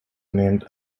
named